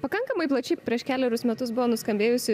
pakankamai plačiai prieš kelerius metus buvo nuskambėjusi